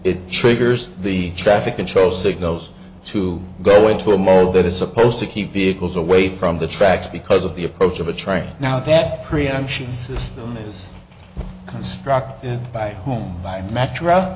it triggers the traffic control signals to go into a mode that is supposed to keep vehicles away from the tracks because of the approach of a train now that preemption system is constructed by home by metr